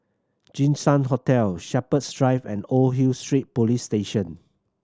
Jinshan Hotel Shepherds Drive and Old Hill Street Police Station